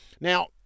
Now